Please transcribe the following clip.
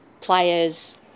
players